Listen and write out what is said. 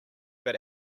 but